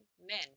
men